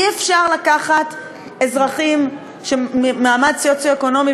אי-אפשר לקחת אזרחים ממעמד סוציו-אקונומי